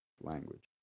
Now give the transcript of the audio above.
language